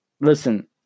listen